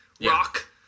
rock